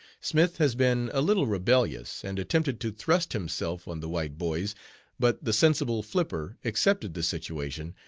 smith has been a little rebellious, and attempted to thrust himself on the white boys but the sensible flipper accepted the situation,